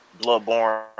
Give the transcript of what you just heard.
Bloodborne